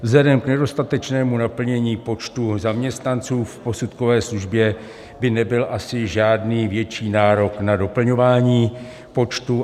Vzhledem k nedostatečnému naplnění počtu zaměstnanců v posudkové službě by nebyl asi žádný větší nárok na doplňování počtu.